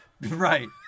Right